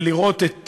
ולראות את